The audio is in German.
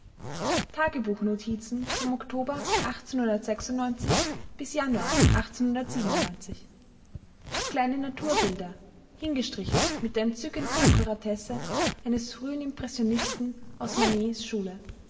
tagebuchnotizen vom oktober bis januar kleine naturbilder hingestrichelt mit der entzückenden akkuratesse eines frühen impressionisten aus manets schule